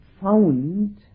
found